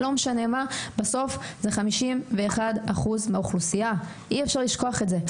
בסוף זה 51% מהאוכלוסייה ואי-אפשר לשכוח את זה.